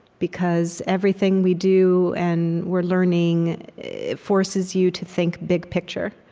because everything we do and we're learning forces you to think big picture.